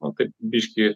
nu taip biškį